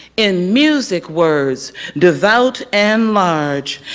in music-words devout and large,